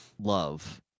love